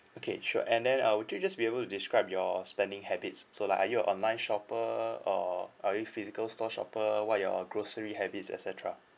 okay sure and then uh would you just just be able describe your spending habits so like are you online shopper or are you physical store shopper what your grocery habits et cetera